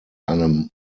einem